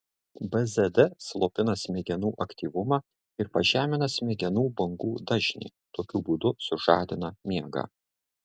bzd slopina smegenų aktyvumą ir pažemina smegenų bangų dažnį tokiu būdu sužadina miegą